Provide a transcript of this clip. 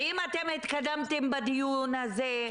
ואם אתם התקדמתם בדיון הזה,